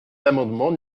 l’amendement